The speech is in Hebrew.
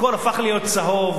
הכול הפך להיות צהוב.